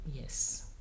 Yes